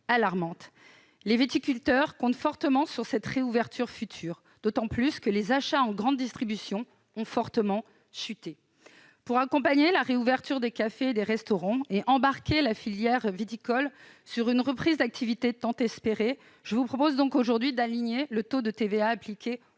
Les viticulteurs comptent beaucoup sur leur réouverture, d'autant que les achats dans la grande distribution ont fortement chuté. Pour accompagner la réouverture des cafés et restaurants et embarquer la filière viticole dans une reprise d'activité tant espérée, je propose d'aligner le taux de TVA appliqué aux